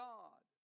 God